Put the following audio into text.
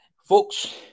folks